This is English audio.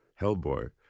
Hellboy